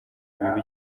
bibi